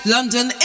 London